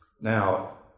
Now